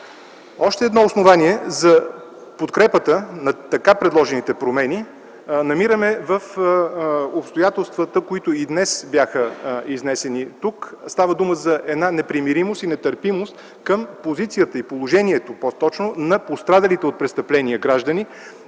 Още едно основание за подкрепата на така предложените промени намираме в обстоятелствата, които и днес бяха изнесени тук. Става дума за една непримиримост и нетърпимост към позицията и положението по-точно на пострадалите от престъпление граждани,